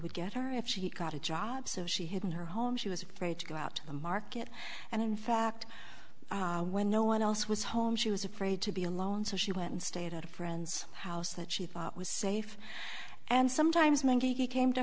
would get her if she got a job so she hadn't her home she was afraid to go out to the market and in fact when no one else was home she was afraid to be alone so she went and stayed at a friend's house that she thought was safe and sometimes maggie came to